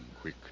quick